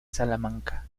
salamanca